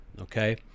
Okay